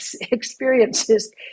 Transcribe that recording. experiences